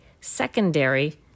secondary